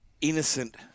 innocent